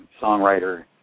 songwriter